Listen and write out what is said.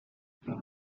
isso